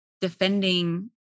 defending